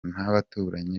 n’abaturanyi